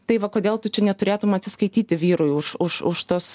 tai va kodėl tu čia neturėtum atsiskaityti vyrui už už už tas